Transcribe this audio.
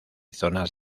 zonas